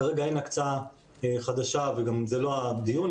כרגע אין הקצאה חדשה וגם זה לא הדיון.